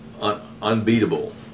unbeatable